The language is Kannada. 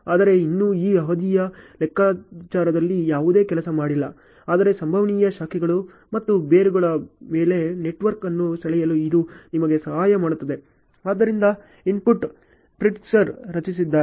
ಆದರೆ ಇನ್ನೂ ಈ ಅವಧಿಯ ಲೆಕ್ಕಾಚಾರದಲ್ಲಿ ಯಾವುದೇ ಕೆಲಸ ಮಾಡಿಲ್ಲ ಆದರೆ ಸಂಭವನೀಯ ಶಾಖೆಗಳು ಮತ್ತು ಬೇರುಗಳ ಮೇಲೆ ನೆಟ್ವರ್ಕ್ ಅನ್ನು ಸೆಳೆಯಲು ಇದು ನಿಮಗೆ ಸಹಾಯ ಮಾಡುತ್ತದೆ ಆದ್ದರಿಂದ ಇದನ್ನು ಪ್ರಿಟ್ಜ್ಕರ್ ರಚಿಸಿದ್ದಾರೆ